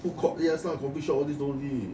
food court all these coffeeshop all these